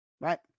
Right